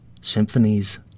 Symphonies